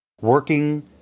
working